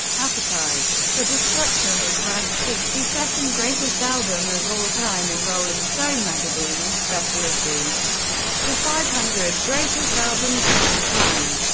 appetite for destruction was ranked sixty second greatest album of all time in rolling stone magazine's special issue the five hundred greatest albums of all time.